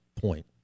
point